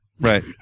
Right